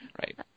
Right